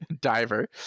diver